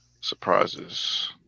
Surprises